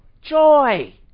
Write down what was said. Joy